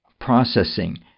processing